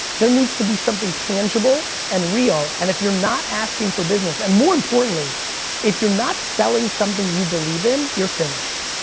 there needs to be something tangible and real, and if you're not asking for business, and more importantly if you're not selling something you believe in, you're finished.